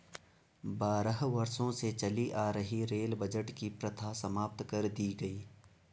बारह वर्षों से चली आ रही रेल बजट की प्रथा समाप्त कर दी गयी